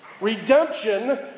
Redemption